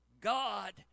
God